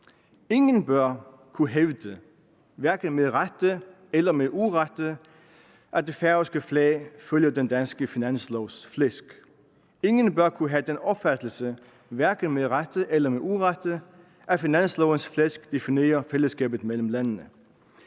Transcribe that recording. Ingen bør kunne hævde – hverken med rette eller med urette – at det færøske flag følger den danske finanslovs flæsk. Ingen bør kunne have den opfattelse – hverken med rette eller med urette – at finanslovens flæsk definerer fællesskabet mellem landene.